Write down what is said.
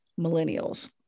millennials